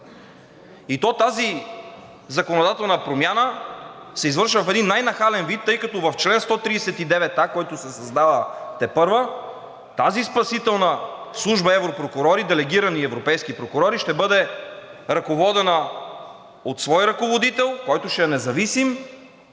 Тази законодателна промяна се извършва по един най-нахален вид, тъй като в чл. 139а, който се създава тепърва, тази спасителна служба европрокурори, делегирани европейски прокурори, ще бъде ръководена от свой ръководител, който ще е независим